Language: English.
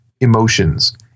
emotions